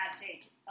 take